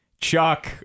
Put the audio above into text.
Chuck